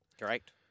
Correct